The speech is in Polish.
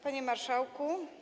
Panie Marszałku!